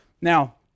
Now